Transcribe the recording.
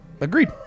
Agreed